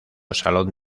salón